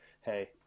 hey